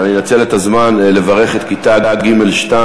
אנצל את הזמן לברך את כיתה ג'2,